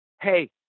hey